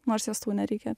nors jos reikia